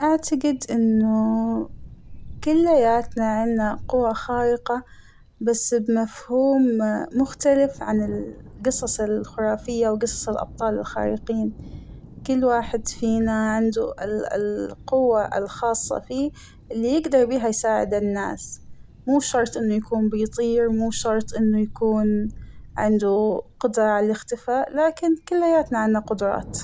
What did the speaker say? أعتقد أنه كلياتا عنا قوة خارقة بس بمفهوم مختلف عن القصص الخرافية وقصص الأبطال الخارقين ، كل واحد فينا عنده القوة الخاصة فيه اللى يقدر بيها يساعد الناس ، مو شرط أنه يكون بيطير ، مو شرط أنه يكون عنده قدرة على الأختفاء ، لكن كلياتنا عنا قدرات.